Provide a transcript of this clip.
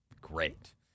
great